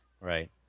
Right